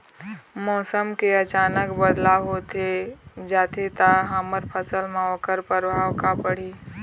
मौसम के अचानक बदलाव होथे जाथे ता हमर फसल मा ओकर परभाव का पढ़ी?